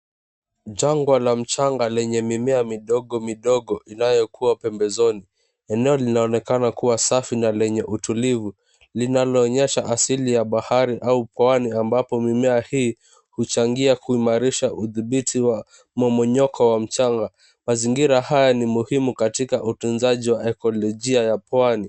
Jangwa la mchanga lenye mimea midogo midogo inayokua pembezoni. Eneo linaonekana kuwa safi na lenye utulivu. Linaloonyesha asili ya bahari au pwani ambapo mimea hii huchangia kuimarisha udhibiti wa mmomonyoko wa mchanga. Mazingira haya ni muhimu katika utunzaji wa ekolojia ya pwani.